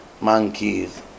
monkeys